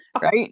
right